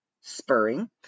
spurring